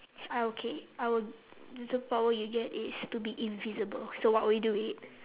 I okay I will the superpower you get is to be invisible so what will you do with it